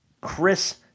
Chris